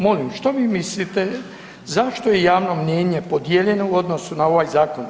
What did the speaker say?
Molim, što vi mislite zašto je javno mnijenje podijeljeno u odnosu na ovaj zakon?